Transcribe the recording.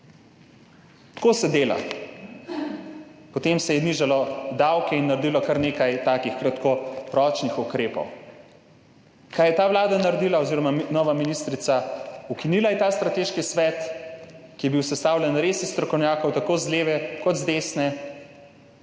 Tako se dela. Potem se je nižalo davke in naredilo kar nekaj takih kratkoročnih ukrepov. Kaj je naredila ta vlada oziroma nova ministrica? Ukinila je ta strateški svet, ki je bil res sestavljen iz strokovnjakov, tako z leve kot z desne,